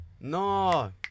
no